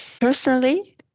personally